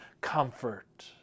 comfort